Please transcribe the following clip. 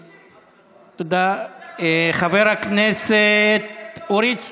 חברת הכנסת אורית סטרוק,